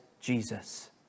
Jesus